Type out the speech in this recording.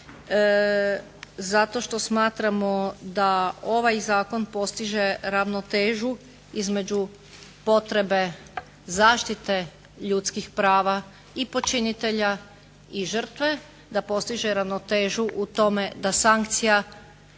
zato što smatramo da ovaj zakon postiže ravnotežu između potrebe zaštite ljudskih prava i počinitelja i žrtve, da postiže ravnotežu u tome da sankcija